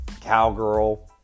cowgirl